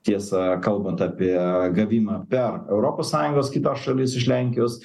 tiesa kalbant apie gavimą per europos sąjungos kitas šalis iš lenkijos